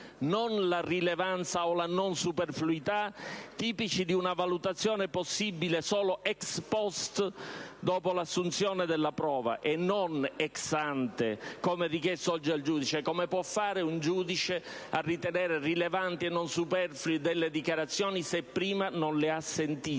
Non la rilevanza o la non superfluità, dunque, tipici di una valutazione possibile solo *ex post*, dopo l'assunzione della prova, e non *ex ante*, come richiesto oggi al giudice. Come può fare un giudice a ritenere rilevanti o non superflue delle dichiarazioni, se prima non le ha sentite?